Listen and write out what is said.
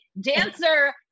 dancer